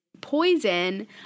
poison